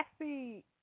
see